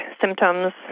symptoms